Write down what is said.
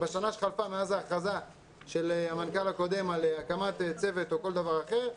בשנה שחלפה מאז ההכרזה של המנכ"ל הקודם על הקמת צוות או כל דבר אחר,